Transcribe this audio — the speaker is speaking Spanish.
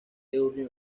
reunió